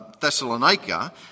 Thessalonica